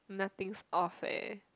nothing's off eh